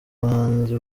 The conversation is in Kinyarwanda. bahanzi